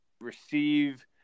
receive